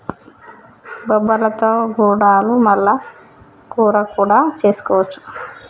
బొబ్బర్లతో గుడాలు మల్ల కూర కూడా చేసుకోవచ్చు